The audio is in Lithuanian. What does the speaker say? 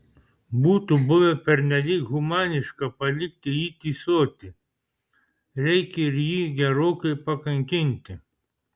būtų buvę pernelyg humaniška palikti jį tįsoti reikia ir jį gerokai pakankinti